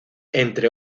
entre